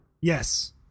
Yes